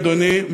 אדוני,